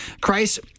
Christ